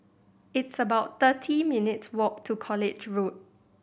it's about thirty minutes walk to College Road